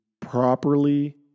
properly